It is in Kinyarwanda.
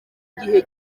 gihe